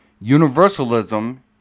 Universalism